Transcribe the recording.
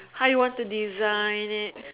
how you want to design it